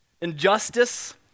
injustice